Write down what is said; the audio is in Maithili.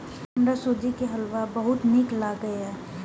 हमरा सूजी के हलुआ बहुत नीक लागैए